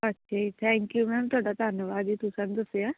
okay thank you ma'am ਤੁਹਾਡਾ ਧੰਨਵਾਦ ਜੀ ਤੁਸੀਂ ਸਾਨੂੰ ਦੱਸਿਆ